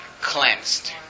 cleansed